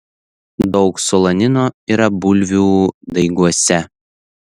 daug solanino yra bulvių daiguose